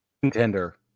Contender